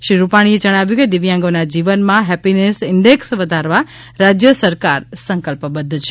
શ્રી રૂપાણીએ જણાવ્યું કે દિવ્યાંગોના જીવનમાં હેપીનેસ ઇન્ડેક્સ વધારવા રાજ્ય સરકાર સંકલ્પબધ્ધ છે